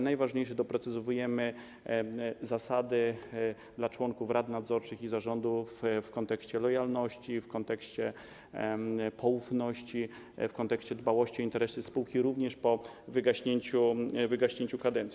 Najważniejsze, że doprecyzowujemy zasady dla członków rad nadzorczych i zarządów w kontekście lojalności, w kontekście poufności, w kontekście dbałości o interesy spółki również po wygaśnięciu kadencji.